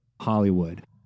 Hollywood